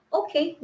okay